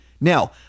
Now